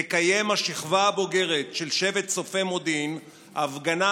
תקיים השכבה הבוגרת של שבט צופי מודיעין הפגנה